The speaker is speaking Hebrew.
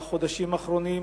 בחודשים האחרונים